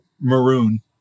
maroon